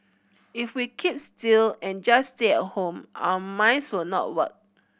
if we keep still and just stay at home our minds will not work